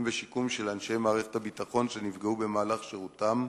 ובשיקום של אנשי מערכת הביטחון שנפגעו במהלך שירותם,